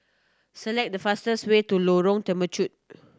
select the fastest way to Lorong Temechut